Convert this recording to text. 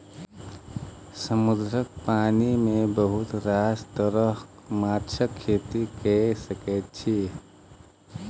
समुद्रक पानि मे बहुत रास तरहक माछक खेती कए सकैत छी